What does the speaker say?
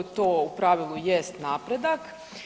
To u pravilu jest napredak.